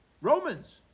Romans